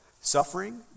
suffering